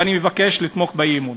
ואני מבקש לתמוך באי-אמון.